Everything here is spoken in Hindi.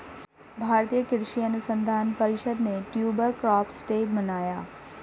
भारतीय कृषि अनुसंधान परिषद ने ट्यूबर क्रॉप्स डे मनाया